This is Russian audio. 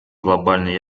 глобальной